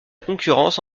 concurrence